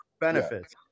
benefits